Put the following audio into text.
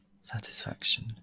satisfaction